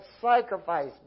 sacrifice